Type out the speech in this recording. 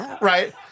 Right